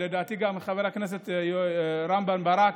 ולדעתי גם חבר הכנסת רם בן ברק,